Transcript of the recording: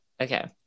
okay